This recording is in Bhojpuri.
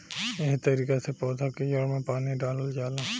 एहे तरिका से पौधा के जड़ में पानी डालल जाला